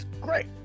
great